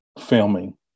filming